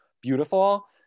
beautiful